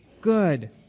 good